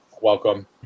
welcome